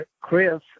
Chris